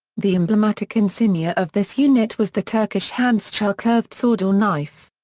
the emblematic insignia of this unit was the turkish handschar curved sword or knife.